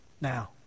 now